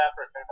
Africa